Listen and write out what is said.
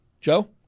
Joe